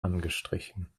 angestrichen